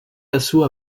assauts